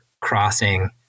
crossing